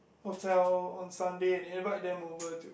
hotel on Sunday and invite them over to